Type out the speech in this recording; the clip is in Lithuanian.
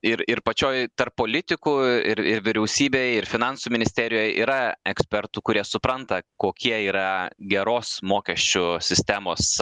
ir ir pačioj tarp politikų ir ir vyriausybėj ir finansų ministerijoj yra ekspertų kurie supranta kokie yra geros mokesčių sistemos